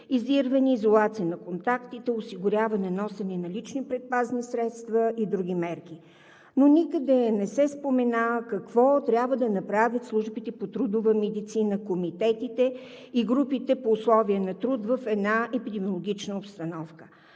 издирване, изолация на контактите, осигуряване, носене на лични предпазни средства и други мерки. Никъде обаче не се спомена какво трябва да направят службите по трудова медицина, комитетите и групите по условия на труд в една епидемиологична обстановка.